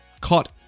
caught